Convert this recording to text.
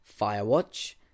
Firewatch